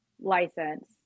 license